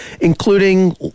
including